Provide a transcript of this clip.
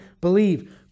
believe